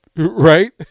Right